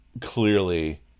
clearly